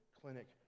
clinic